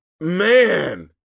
man